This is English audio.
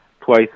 twice